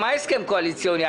מה הסכם קואליציוני?